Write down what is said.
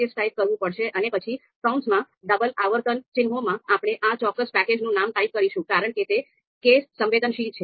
packages type કરવું પડશે અને પછી કૌંસમાં ડબલ અવતરણ ચિહ્નોમાં આપણે આ ચોક્કસ પેકેજનું નામ ટાઈપ કરીશું કારણ કે તે કેસ સંવેદનશીલ છે